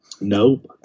Nope